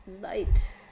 light